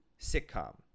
sitcom